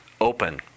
open